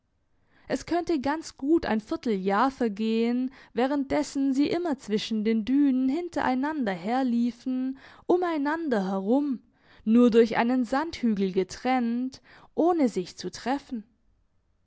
es könnte ganz gut ein vierteljahr vergehen während dessen sie immer zwischen den dünen hinter einander herliefen um einander herum nur durch einen sandhügel getrennt ohne sich zu treffen